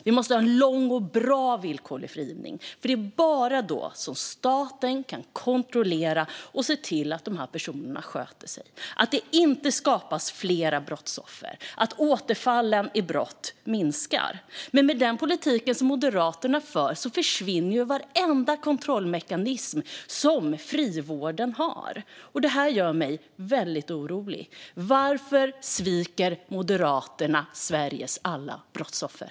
Vi måste ha en lång och bra villkorlig frigivning, för det är bara då staten kan kontrollera de här personerna och se till att de sköter sig, att det inte skapas fler brottsoffer och att återfallen i brott minskar. Med den politik som Moderaterna för försvinner ju varenda kontrollmekanism som frivården har, och det gör mig väldigt orolig. Varför sviker Moderaterna Sveriges alla brottsoffer?